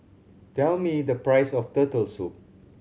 tell me the price of Turtle Soup